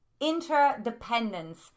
interdependence